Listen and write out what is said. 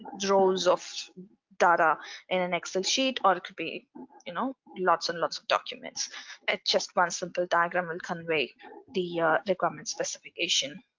rows of data in an excel sheet or it could be you know lots and lots of documents just one simple diagram will convey the requirement specification